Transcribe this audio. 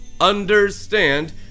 Understand